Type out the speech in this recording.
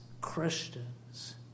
Christians